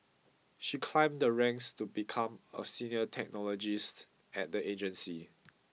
she climbed the ranks to become a senior technologist at the agency